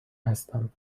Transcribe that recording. هستم